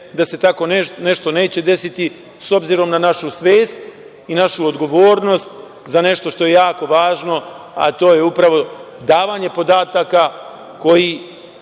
da se tako nešto neće desiti, s obzirom na našu svest i našu odgovornost za nešto što je jako važno, a to je upravo davanje podataka koji,